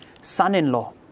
son-in-law